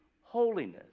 holiness